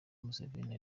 museveni